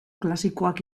klasikoak